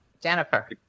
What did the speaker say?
Jennifer